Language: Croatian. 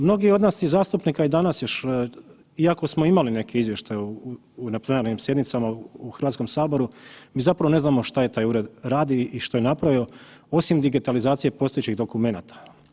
Mnogi od nas i zastupnika i danas još iako smo imali neke izvještaje na plenarnim sjednicama u HS, mi zapravo ne znamo šta taj ured radi i šta je napravio osim digitalizacije postojećih dokumenata.